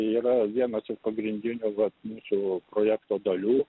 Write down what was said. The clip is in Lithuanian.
yra vienas iš pagrindinių vat šio projekto dalių